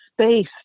space